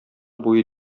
буе